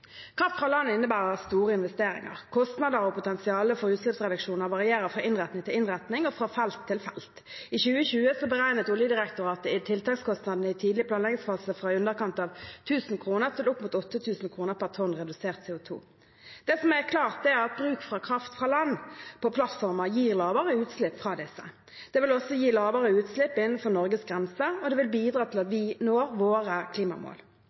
Kraft fra land innebærer store investeringer. Kostnader og potensialet for utslippsreduksjoner varierer fra innretning til innretning og fra felt til felt. I 2020 beregnet Oljedirektoratet tiltakskostnadene i tidlig planleggingsfase fra i underkant av 1 000 kr til opp mot 8 000 kr per tonn redusert CO 2 . Det som er klart, er at bruk av kraft fra land på plattformer gir lavere utslipp fra disse. Det vil også gi lavere utslipp innenfor Norges grenser, og det vil bidra til at vi når våre klimamål.